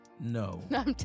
No